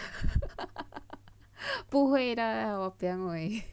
不会的 !wahpiang! eh